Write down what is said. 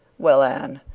well, anne,